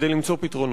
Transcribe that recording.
כדי למצוא פתרונות.